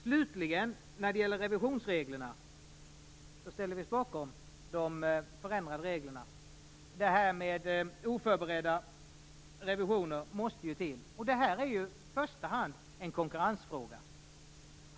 Slutligen vill jag ta upp revisionsreglerna. Vi ställer oss bakom de förändrade reglerna. Det här med oförberedda revisioner är något som måste till. Det här är i första hand en konkurrensfråga.